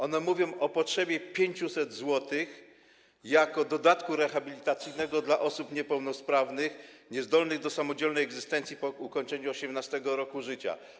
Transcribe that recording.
One mówią o potrzebie dotyczącej 500 zł jako dodatku rehabilitacyjnego dla osób niepełnosprawnych niezdolnych do samodzielnej egzystencji po ukończeniu 18. roku życia.